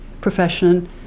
profession